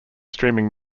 streaming